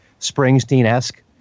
springsteen-esque